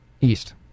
East